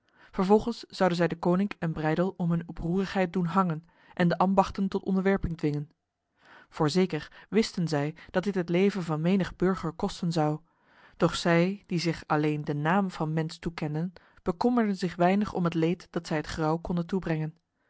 vervolgens zouden zij deconinck en breydel om hun oproerigheid doen hangen en de ambachten tot onderwerping dwingen voorzeker wisten zij dat dit het leven van menig burger kosten zou doch zij die zich alleen de naam van mens toekenden bekommerden zich weinig om het leed dat zij het grauw konden toebrengen